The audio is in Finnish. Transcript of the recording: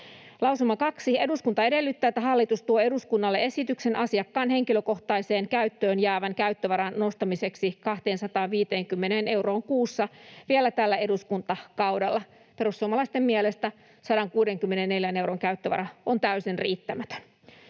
Lausuma kaksi: ”Eduskunta edellyttää, että hallitus tuo eduskunnalle esityksen asiakkaan henkilökohtaiseen käyttöön jäävän käyttövaran nostamiseksi 250 euroon kuussa vielä tällä eduskuntakaudella.” Perussuomalaisten mielestä 164 euron käyttövara on täysin riittämätön.